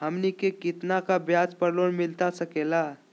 हमनी के कितना का ब्याज पर लोन मिलता सकेला?